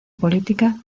política